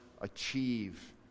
achieve